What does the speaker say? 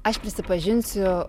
aš prisipažinsiu